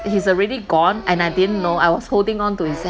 he's already gone and I didn't know I was holding on to his hands